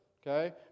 Okay